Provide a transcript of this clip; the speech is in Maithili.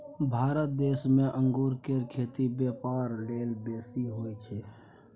भारत देश में अंगूर केर खेती ब्यापार लेल बेसी होई छै